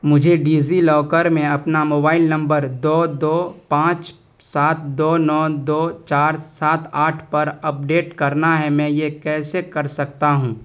مجھے DigiLocker میں اپنا موبائل نمبر دو دو پانچ سات دو نو دو چار سات آٹھ پر اپڈیٹ کرنا ہے میں یہ کیسے کر سکتا ہوں